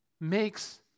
makes